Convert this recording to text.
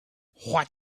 what